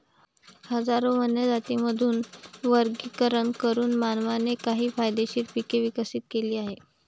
हजारो वन्य जातींमधून वर्गीकरण करून मानवाने काही फायदेशीर पिके विकसित केली आहेत